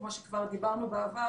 כמו שכבר דיברנו בעבר,